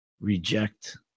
reject